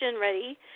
ready